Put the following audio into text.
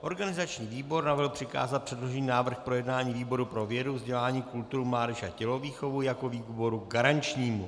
Organizační výbor navrhl přikázat předložený návrh k projednání výboru pro vědu, vzdělání, kulturu, mládež a tělovýchovu jako výboru garančnímu.